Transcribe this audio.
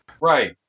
Right